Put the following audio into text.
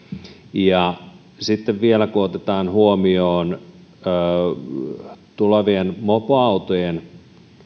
ja sitten kun vielä otetaan huomioon tulevaisuudessa mopoautojen